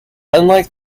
unlike